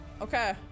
Okay